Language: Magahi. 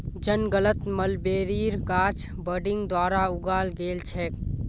जंगलत मलबेरीर गाछ बडिंग द्वारा उगाल गेल छेक